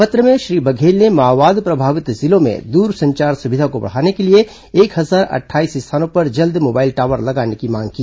पत्र में श्री बघेल ने माओवाद प्रभावित जिलों में दूरसंचार सुविधा को बढ़ाने के लिए एक हजार अट्ठाईस स्थानों पर जल्द मोबाइल टॉवर लगाने की मांग की